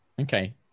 Okay